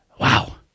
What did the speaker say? Wow